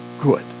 good